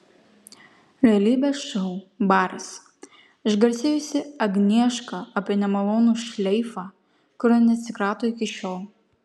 realybės šou baras išgarsėjusi agnieška apie nemalonų šleifą kurio neatsikrato iki šiol